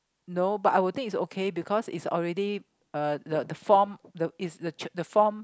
no but I would think it's okay because it's already uh the the form the it's the ch~ the form